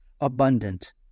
abundant